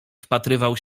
wpatrywał